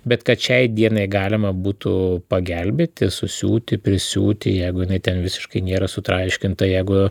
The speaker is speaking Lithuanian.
bet kad šiai dienai galima būtų pagelbėti susiūti prisiūti jeigu ten visiškai nėra sutraiškinta jeigu